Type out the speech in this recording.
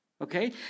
Okay